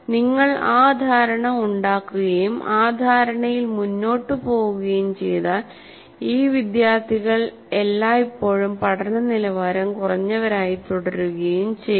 നിങ്ങൾ ആ ധാരണ ഉണ്ടാക്കുകയും ആ ധാരണയിൽ മുന്നോട്ടു പോകുകയും ചെയ്താൽ ഈ വിദ്യാർത്ഥികൾ എല്ലായ്പ്പോഴും പഠനനിലവാരം കുറഞ്ഞവരായി തുടരുകയും ചെയ്യും